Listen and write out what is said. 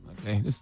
Okay